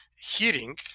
heating